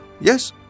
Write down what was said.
Yes